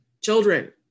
children